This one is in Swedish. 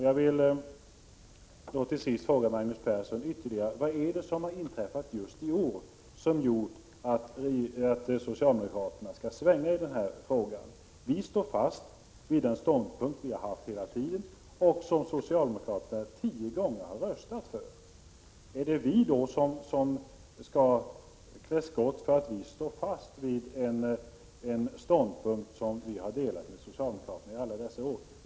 Jag vill till sist fråga Magnus Persson ytterligare en gång: Vad är det som har inträffat just i år som gör att socialdemokraterna svänger i den här frågan? Vi står fast vid den ståndpunkt vi har intagit hela tiden och som socialdemokraterna har röstat för tio gånger. Är det vi som skall klä skott för att vi står fast vid en ståndpunkt som vi har delat med socialdemokraterna i alla dessa år?